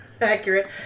Accurate